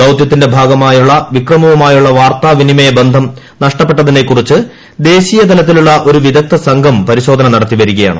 ദൌത്യത്തിന്റെ ഭാഗമായ വിക്രവുമായുള്ള വാർത്താവിനിമയബന്ധം നഷ്ടപ്പെട്ടതിനെക്കുറിച്ച് ദേശീയതലത്തിലുള്ള ഒരു വിദഗ്ദ്ധ സംഘം പരിശോധന നടത്തിവരികയാണ്